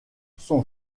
son